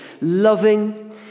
loving